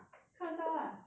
看得到 lah